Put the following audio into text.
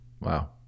Wow